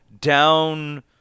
down